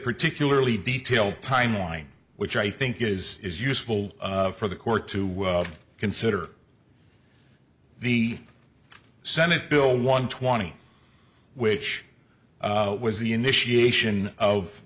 particularly detail timeline which i think is is useful for the court to consider the senate bill one twenty which was the initiation